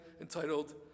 entitled